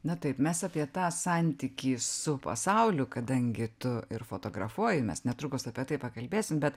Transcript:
na taip mes apie tą santykį su pasauliu kadangi tu ir fotografuoji mes netrukus apie tai pakalbėsim bet